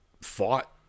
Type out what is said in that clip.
fought